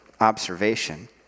observation